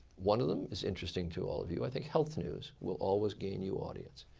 one of them is interesting to all of you. i think health news will always gain you audience.